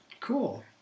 cool